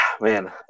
man